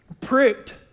pricked